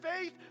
faith